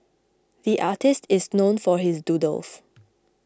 the artist is known for his doodles